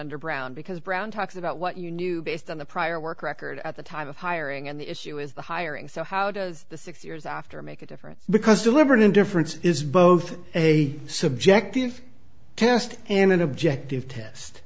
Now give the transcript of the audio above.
under brown because brown talks about what you knew based on the prior work record at the time of hiring and the issue with the hiring so how does the six years after make a difference because deliberate indifference is both a subjective test and an objective test